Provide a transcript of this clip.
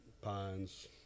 pines